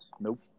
Nope